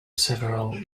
several